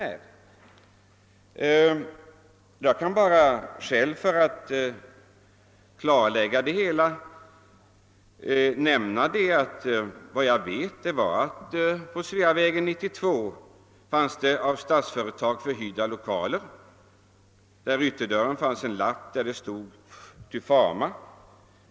För att bidra till ett klarläggande kan jag nämna att jag vet att det på Sveavägen 92 fanns av Statsföretag AB förhyrda lokaler. På ytterdörren satt en lapp med påskriften Tufama.